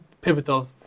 pivotal